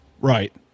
Right